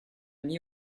mis